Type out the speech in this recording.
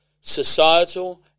societal